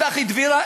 צחי דבירה,